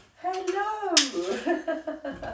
Hello